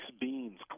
beans